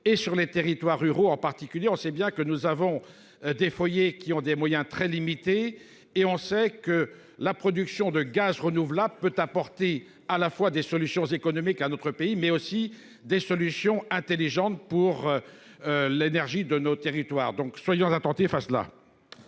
et sur les territoires ruraux en particulier, on sait bien que nous avons des foyers qui ont des moyens très limités et on sait que la production de gaz renouvelable peut apporter à la fois des solutions économiques à notre pays, mais aussi des solutions intelligentes pour. L'énergie de nos territoires. Donc soyons attentifs à cela.